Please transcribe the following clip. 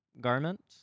garment